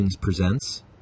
presents